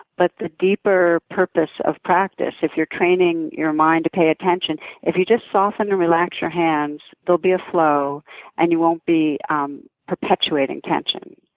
but the deeper purpose of practice if you're training your mind to pay attention if you just soften and relax your hands, there'll be a flow and you won't be um perpetuating tension.